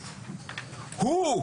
הוא,